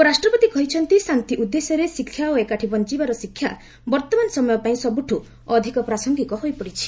ଉପରାଷ୍ଟ୍ରପତି କହିଛନ୍ତି ଶାନ୍ତି ଉଦ୍ଦେଶ୍ୟରେ ଶିକ୍ଷା ଓ ଏକାଠି ବଞ୍ଚବାର ଶିକ୍ଷା ବର୍ତ୍ତମାନ ସମୟ ପାଇଁ ସବୁଠୁ ଅଧିକ ପ୍ରାସଙ୍ଗିକ ହୋଇପଡ଼ିଚ୍ଛି